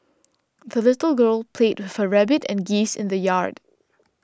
the little girl played with her rabbit and geese in the yard